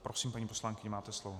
Prosím, paní poslankyně, máte slovo.